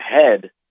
head